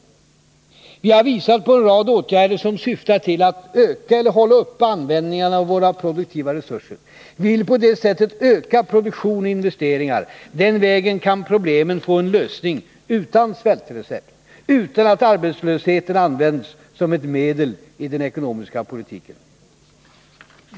Vi har visat på en rad åtgärder som syftar till att öka eller hålla uppe användningen av våra produktiva resurser. Vi vill på det sättet öka produktion och investeringar. Den vägen kan problemen få en lösning utan svältrecept, utan att arbetslösheten används som ett medel i den ekonomiska politiken.